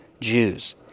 Jews